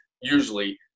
usually